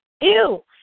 Ew